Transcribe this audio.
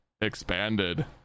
expanded